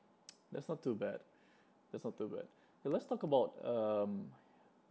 that's not too bad that's not too bad uh let's talk about um